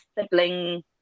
sibling